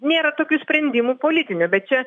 nėra tokių sprendimų politinių bet čia